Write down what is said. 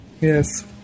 Yes